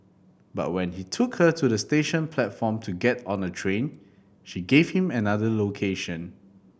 but when he took her to the station platform to get on a train she gave him another location